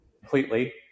completely